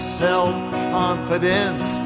self-confidence